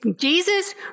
Jesus